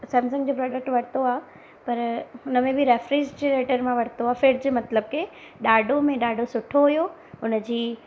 Samsung जो product वरितो आहे पर हुन में बि रेफ्रिजरेटर मां वरितो आहे फ्रिज मतलबु की ॾाढो में ॾाढो सुठो हुओ हुनजी